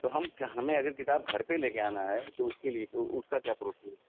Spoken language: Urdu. تو ہم ہمیں اگر کتاب گھر پہ لے کے آنا ہے تو اس کے لیے تو اس کا کیا پروسیس